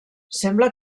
sembla